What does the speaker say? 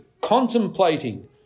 contemplating